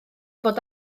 bod